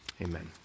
amen